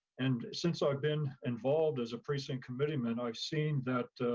and since i've been involved as a precinct committeeman, i've seen that